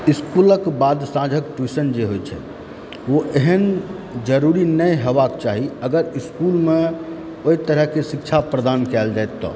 इस्कूलक बाद साँझक ट्यूशन जे होइत छै ओ एहन जरुरी नहि हेबाक चाही अगर इस्कूलमे ओहि तरहकेँ शिक्षा प्रदान कयल जाय तऽ